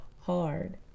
hard